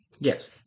Yes